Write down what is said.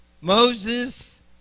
Moses